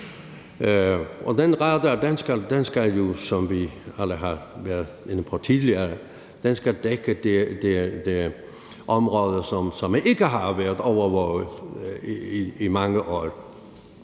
på tidligere, dække det område, som ikke har været overvåget i mange år,